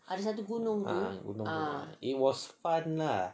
ah gunung tu it was fun lah